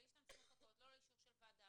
בלי שאתם צריכים לחכות לא לאישור של ועדה,